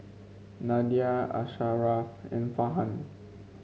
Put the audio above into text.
Nadia Asharaff and Farhan